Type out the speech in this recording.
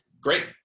great